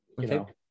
Okay